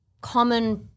common